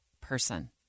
person